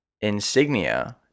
insignia